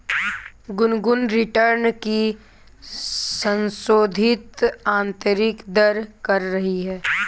Gungun return की संशोधित आंतरिक दर कर रही है